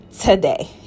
today